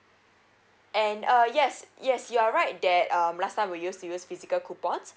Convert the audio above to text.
and uh yes yes you are right that um last time we use serial physical coupons